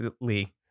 lee